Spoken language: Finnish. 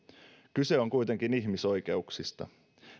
kyse on kuitenkin ihmisoikeuksista